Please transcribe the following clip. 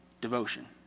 devotion